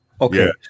Okay